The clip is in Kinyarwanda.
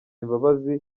imbabazi